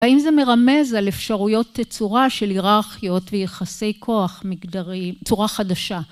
האם זה מרמז על אפשרויות תצורה של היררכיות ויחסי כוח מגדריים צורה חדשה?